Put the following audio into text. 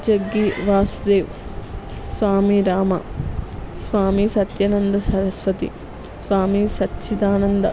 Jaggi Vasudev Swami Rama Swami Satyananda Saraswati Swami Sachchidananda